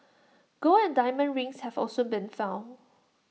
gold and diamond rings have also been found